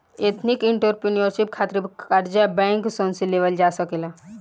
ethnic entrepreneurship खातिर कर्जा bank सन से लेवल जा सकेला